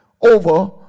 over